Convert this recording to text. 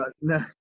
no